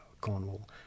Cornwall